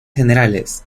generales